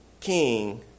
King